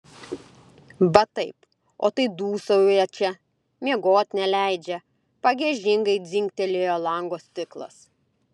va taip o tai dūsauja čia miegoti neleidžia pagiežingai dzingtelėjo lango stiklas